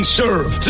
serve